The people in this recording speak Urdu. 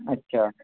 اچھا